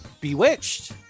Bewitched